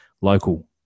local